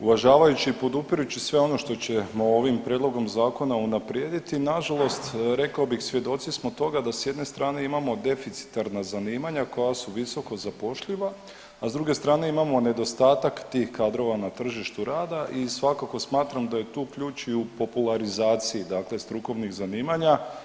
Uvažavajući i podupirući sve ono što ćemo ovim prijedlogom zakona unaprijediti nažalost rekao bih svjedoci smo toga da s jedne strane imamo deficitarna zanimanja koja su visoko zapošljiva, a s druge strane imamo nedostatak tih kadrova na tržištu rada i svakako smatram da je tu ključ i u popularizaciji dakle strukovnih zanimanja.